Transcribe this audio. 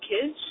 kids